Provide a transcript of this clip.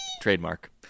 Trademark